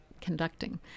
conducting